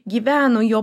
gyveno jo